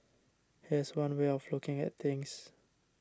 here's one way of looking at things